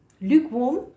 lukewarm